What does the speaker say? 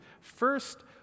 First